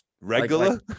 regular